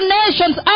nations